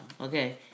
okay